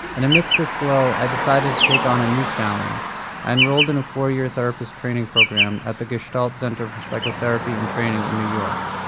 and amidst this glow i decided to take on a new challenge i enrolled in a four-year therapist-training program at the gestalt center for psychotherapy and training in new york,